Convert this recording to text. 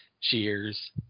Cheers